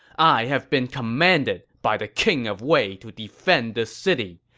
i have been commanded by the king of wei to defend this city.